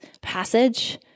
passage—